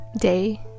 day